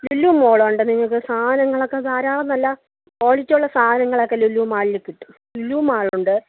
ലുലു മോളുണ്ട് നിങ്ങൾക്ക് സാധനങ്ങളൊക്കെ ധാരാളം നല്ല ക്വളിറ്റിയുള്ള സാധനങ്ങളൊക്കെ ലുലു മാളിൽ കിട്ടും ലുലു മാളുണ്ട്